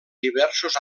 diversos